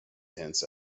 hints